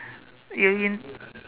you mean